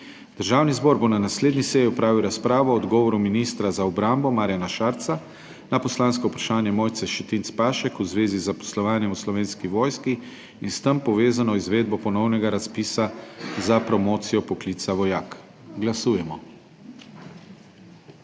Državni zbor bo na naslednji seji opravil razpravo o odgovoru ministra za obrambo Marjana Šarca na poslansko vprašanje Mojce Šetinc Pašek v zvezi z zaposlovanjem v Slovenski vojski in s tem povezano izvedbo ponovnega razpisa za promocijo poklica vojaka. Glasujemo.